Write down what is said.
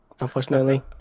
unfortunately